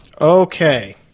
Okay